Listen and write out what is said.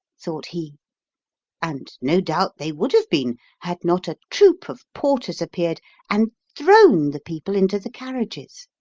thought he and no doubt they would have been had not a troop of porters appeared and thrown the people into the carriages.